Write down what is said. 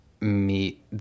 meet